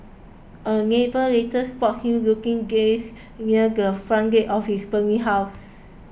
a neighbour later spotted him looking gazed near the front gate of his burning house